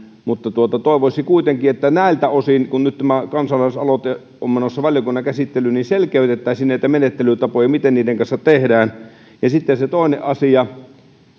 mutta toivoisi kuitenkin että näiltä osin kun nyt tämä kansalaisaloite on menossa valiokunnan käsittelyyn selkeytettäisiin näitä menettelytapoja siinä miten niiden kanssa tehdään sitten se toinen asia